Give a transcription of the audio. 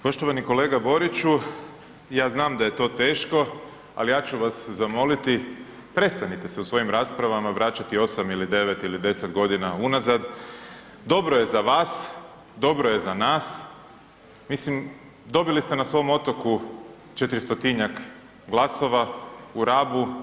Poštovani kolega Boriću, ja znam da je to teško ali ja ću vas zamoliti, prestanite se u svojim raspravama vraćati 8, 9 ili 10 g. unazad, dobro je za vas, dobro je za nas, mislim, dobili ste na svom otoku 400—tinjak glasova, u Rabu.